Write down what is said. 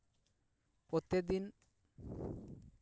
ᱯᱨᱚᱛᱤ ᱫᱤᱱ